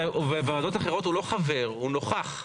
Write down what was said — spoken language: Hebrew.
בוועדות אחרות הוא לא חבר, הוא נוכח.